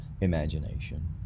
imagination